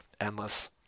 Endless